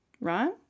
right